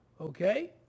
Okay